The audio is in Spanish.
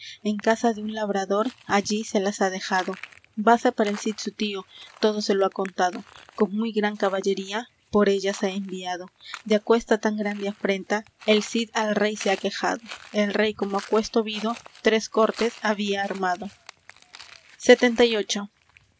en casa de un labrador allí se las ha dejado vase para el cid su tío todo se lo ha contado con muy gran caballería por ellas ha enviado de aquesta tan grande afrenta el cid al rey se ha quejado el rey como aquesto vido tres cortes había armado